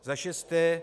Za šesté.